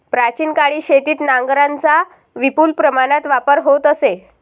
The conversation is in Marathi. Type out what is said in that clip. प्राचीन काळी शेतीत नांगरांचा विपुल प्रमाणात वापर होत असे